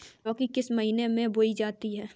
लौकी किस महीने में बोई जाती है?